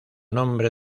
nombre